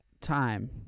time